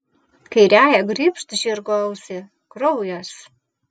kairiąja grybšt žirgo ausį kraujas